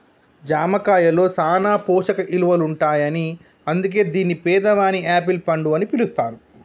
జామ కాయలో సాన పోషక ఇలువలుంటాయని అందుకే దీన్ని పేదవాని యాపిల్ పండు అని పిలుస్తారు